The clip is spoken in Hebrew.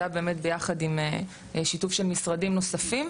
זה היה באמת ביחד עם שיתוף של משרדים נוספים.